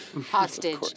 hostage